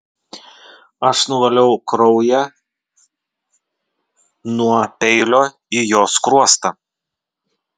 aš nuvaliau kraują nuo peilio į jo skruostą